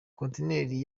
kontineri